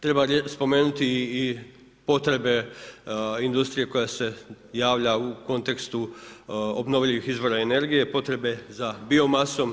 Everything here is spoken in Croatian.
Treba spomenuti i potrebe industrije koja se javlja u kontekstu obnovljivih izvora energije, potrebe za biomasom.